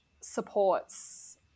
supports